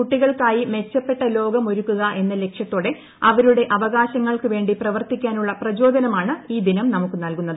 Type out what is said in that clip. കുട്ടികൾക്കായി മെച്ചപ്പെട്ട ലോകം ഒരുക്കുക എന്ന ലക്ഷ്യത്തോടെ അവരുടെ അവകാശങ്ങൾക്കു വേണ്ടി പ്രവർത്തിക്കാനുള്ള പ്രചോദനമാണ് ഈ ദിനം നമുക്ക് നൽകുന്നത്